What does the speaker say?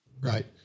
Right